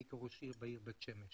אני כראש העיר בית שמש